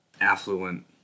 affluent